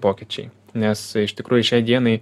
pokyčiai nes iš tikrųjų šiai dienai